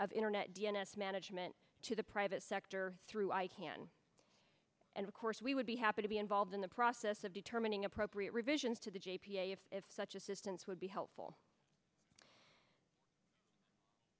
of internet d m s management to the private sector through icann and of course we would be happy to be involved in the process of determining appropriate revisions to the j p a if if such assistance would be helpful